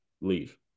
leave